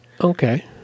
Okay